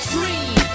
Dream